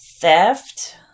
theft